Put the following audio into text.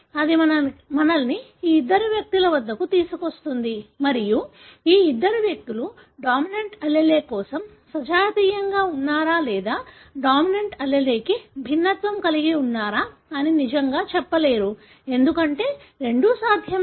అది మనల్ని ఈ ఇద్దరు వ్యక్తుల వద్దకు తీసుకువస్తుంది మరియు ఈ ఇద్దరు వ్యక్తులు డామినెన్ట్ allele కోసం సజాతీయంగా ఉన్నారా లేదా డామినెన్ట్ alleleకి భిన్నత్వం కలిగి ఉన్నారా అని నిజంగా చెప్పలేరు ఎందుకంటే రెండూ సాధ్యమే